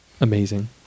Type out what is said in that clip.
amazing